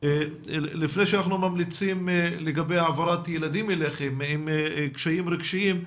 לפני שאנחנו ממליצים לגבי העברת ילדים אליכם עם קשיים רגשיים,